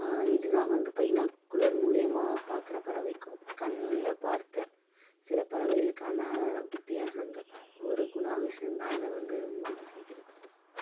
இது தான் வந்து பைனாகுலர் மூலிமா பார்க்குற பறவைக்கும் கண்ணில் பார்த்த சில பறவைகளுக்கான வித்தியாசங்கள் ஒரு குணா விஷயம் தான் அதை வந்து முடிவு செய்கின்றது